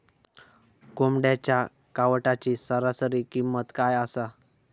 कोंबड्यांच्या कावटाची सरासरी किंमत काय असा?